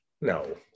No